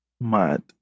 mad